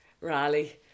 rally